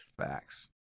Facts